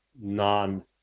non